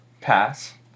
pass